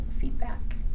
feedback